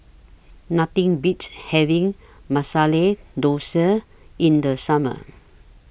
Nothing Beats having Masala Dosa in The Summer